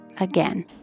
again